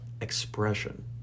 Expression